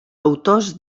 autors